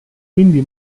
quindi